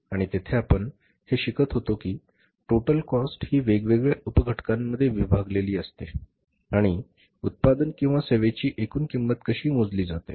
आणि तेथे आपण हे शिकत होतो की टोटल कॉस्ट ही वेगवेगळ्या उप घटकांमध्ये विभागलेली असते आणि उत्पादन किंवा सेवेची एकूण किंमत कशी मोजली जाते